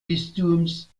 bistums